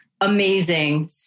Amazing